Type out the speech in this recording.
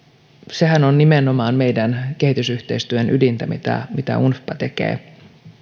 sehän on nimenomaan meidän kehitysyhteistyömme ydintä mitä mitä unfpa tekee